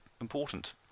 important